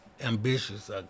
ambitious